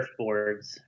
surfboards